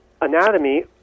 anatomy